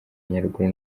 nyaruguru